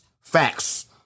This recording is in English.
Facts